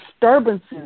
disturbances